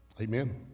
amen